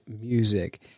music